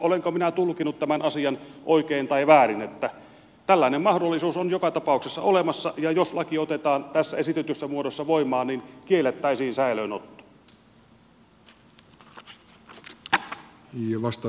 olenko minä tulkinnut tämän asian oikein vai väärin että tällainen mahdollisuus on joka tapauksessa olemassa ja että jos laki otetaan tässä esitetyssä muodossa voimaan niin kiellettäisiin säilöönotto